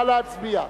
נא להצביע.